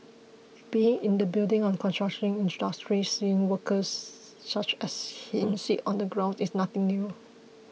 being in the building and construction industry seeing workers such as him sit on the ground is nothing new